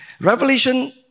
Revelation